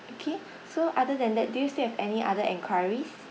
okay so other than that do you still have any other enquiries